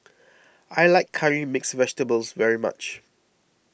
I like Curry Mixed Vegetables very much